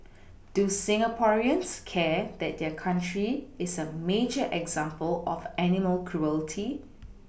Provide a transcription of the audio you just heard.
do Singaporeans care that their country is a major example of animal cruelty